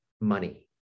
money